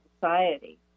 society